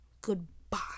Goodbye